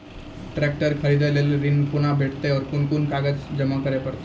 Tractor खरीदै लेल ऋण कुना भेंटते और कुन कुन कागजात जमा करै परतै?